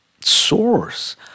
source